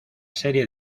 serie